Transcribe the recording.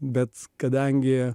bet kadangi